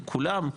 לכולם,